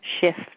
shift